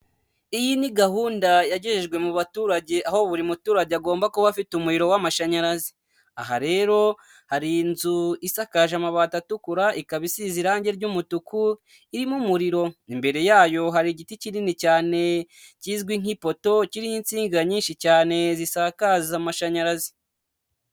Iyi ni gahunda yagejejwe mu baturage, aho buri muturage agomba kuba afite umuriro w'amashanyarazi, aha rero hari inzu isakaje amabati atukura, ikaba isize irangi ry'umutuku irimo umuriro, imbere yayo hari igiti kinini cyane kizwi nk'ipoto, kiriho insinga nyinshi cyane zisakaza amashanyarazi.